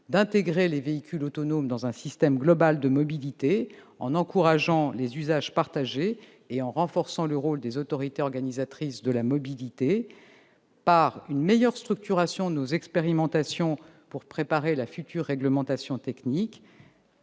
l'intégration des véhicules autonomes dans un système global de mobilité en encourageant les usages partagés et en renforçant le rôle des autorités organisatrices de la mobilité. Il faut améliorer la structuration de nos expérimentations pour préparer la future réglementation technique,